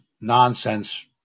nonsense